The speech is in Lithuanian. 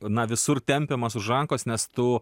na visur tempiamas už rankos nes tu